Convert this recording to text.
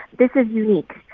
this is unique.